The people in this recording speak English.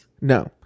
No